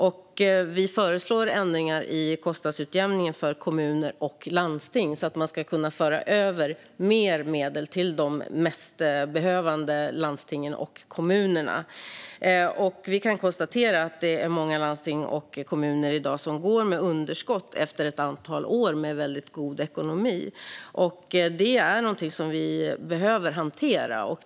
Vi föreslår ändringar i kostnadsutjämningen för kommuner och landsting, så att man ska kunna föra över mer medel till de mest behövande landstingen och kommunerna. Vi kan konstatera att det är många landsting och kommuner som i dag går med underskott efter ett antal år med väldigt god ekonomi. Det är någonting som vi behöver hantera.